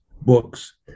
books